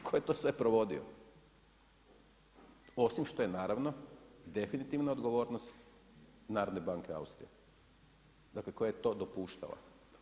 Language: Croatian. Tko je to sve provodio, osim što je naravno definitivna odgovornost Narodne banke Austrije dakle, koja je to dopuštala.